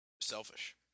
selfish